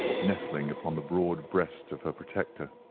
nestling upon the broad breast of her protector.